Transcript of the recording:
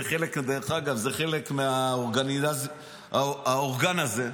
זה חלק מהאורגן הזה.